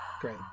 Great